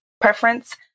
preference